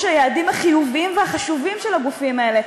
היעדים החיוביים והחשובים של הגופים האלה,